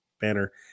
banner